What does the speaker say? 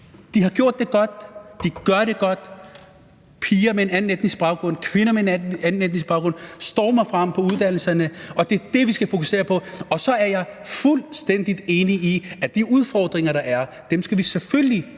har gjort det godt, de gør det godt, piger med en anden etnisk baggrund, kvinder med en anden etnisk baggrund stormer frem på uddannelserne, og det er det, vi skal fokusere på. Så er jeg fuldstændig enig i, at de udfordringer, der er, skal vi selvfølgelig løse,